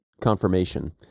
confirmation